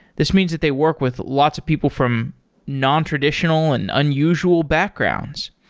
this means that they work with lots of people from nontraditional and unusual backgrounds.